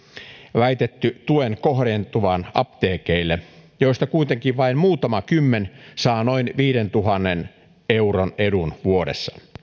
väitetty tuen kohdentuvan apteekeille joista kuitenkin vain muutama kymmen saa noin viidentuhannen euron edun vuodessa